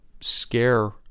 scare